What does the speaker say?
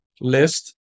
list